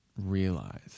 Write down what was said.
realize